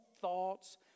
thoughts